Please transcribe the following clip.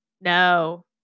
No